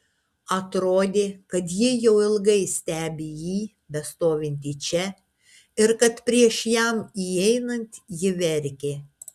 atrodė kad ji jau ilgai stebi jį bestovintį čia ir kad prieš jam įeinant ji verkė